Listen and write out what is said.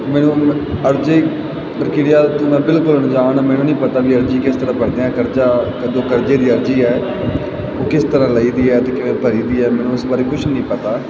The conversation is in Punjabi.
ਮੈਨੂੰ ਅਰਜੀ ਪ੍ਰਕਿਰਿਆ ਤੋਂ ਮੈਂ ਬਿਲਕੁਲ ਅਣਜਾਣ ਹਾਂ ਮੈਨੂੰ ਨਹੀਂ ਪਤਾ ਕਿ ਅਰਜੀ ਕਿਸ ਤਰ੍ਹਾਂ ਭਰਦੇ ਹਾਂ ਕਰਜਾ ਕਦੋ ਕਰਜੇ ਦੀ ਅਰਜੀ ਹੈ ਉਹ ਕਿਸ ਤਰ੍ਹਾਂ ਲਈ ਦੀ ਹੈ ਅਤੇ ਕਿਵੇਂ ਭਰੀ ਦੀ ਹੈ ਮੈਨੂੰ ਉਸ ਬਾਰੇ ਕੁਛ ਨਹੀਂ ਪਤਾ